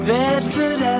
Bedford